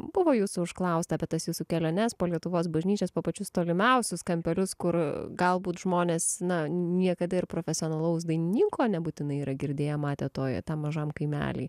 buvo jūsų užklausta apie tas jūsų keliones po lietuvos bažnyčias po pačius tolimiausius kampelius kur galbūt žmonės na niekada ir profesionalaus dainininko nebūtinai yra girdėję matę toj tam mažam kaimely